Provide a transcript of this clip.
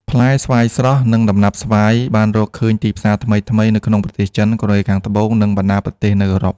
ផ្លែស្វាយស្រស់ និងដំណាប់ស្វាយ បានរកឃើញទីផ្សារថ្មីៗនៅក្នុងប្រទេសចិន កូរ៉េខាងត្បូង និងបណ្ដាប្រទេសនៅអឺរ៉ុប។